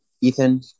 Ethan